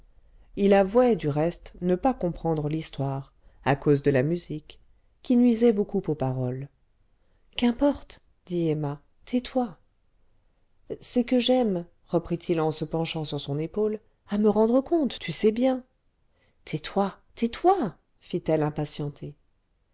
il avouait du reste ne pas comprendre l'histoire à cause de la musique qui nuisait beaucoup aux paroles qu'importe dit emma tais-toi c'est que j'aime reprit-il en se penchant sur son épaule à me rendre compte tu sais bien tais-toi tais-toi fit-elle impatientée